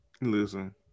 Listen